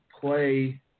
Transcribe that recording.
play